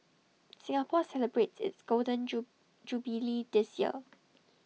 Singapore celebrates its golden Jo jubilee this year